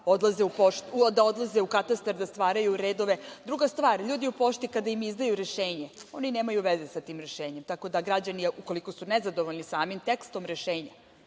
da odlaze u katastar, da stvaraju redove. Druga stvar, ljudi u pošti kada im izdaju rešenje, oni nemaju veze sa tim rešenjem. Tako da građani, ukoliko su nezadovoljni samim tekstom rešenja,